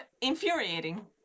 infuriating